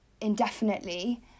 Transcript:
indefinitely